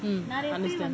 mm understand